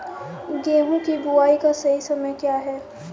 गेहूँ की बुआई का सही समय क्या है?